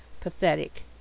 pathetic